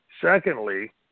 secondly